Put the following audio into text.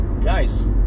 Guys